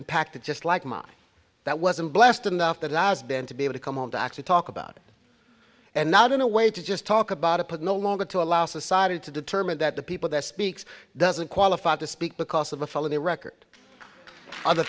impacted just like mom that wasn't blessed enough that i've been to be able to come home to actually talk about and not in a way to just talk about it put no longer to allow society to determine that the people that speaks doesn't qualify to speak because of a felony record other